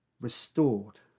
restored